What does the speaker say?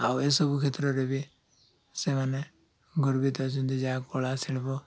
ଆଉ ଏସବୁ କ୍ଷେତ୍ରରେ ବି ସେମାନେ ଗର୍ବିତ ଅଛନ୍ତି ଯାହା କଳା ଶିଳ୍ପ